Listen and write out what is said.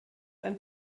ein